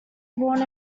born